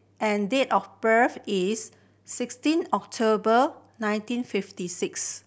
and date of birth is sixteen October nineteen fifty six